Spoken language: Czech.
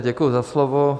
Děkuji za slovo.